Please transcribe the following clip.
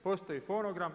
Postoji fonogram.